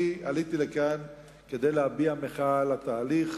עליתי לכאן כדי להביע מחאה על התהליך.